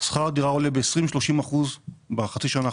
אנחנו רואים ששכר הדירה עלה ב-20%,30% בחצי השנה האחרונה,